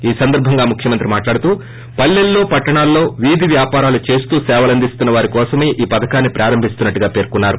ఈ సందర్బంగా ఆయన మాట్లాడుతూ పల్లెల్లో పట్టణాల్లో వీధి వ్యాపారాలు చేస్తూ సేవలందిస్తున్న వారి కోసమే ఈ పథకాన్ని ప్రారంభించినట్లుగా పేర్కొన్నారు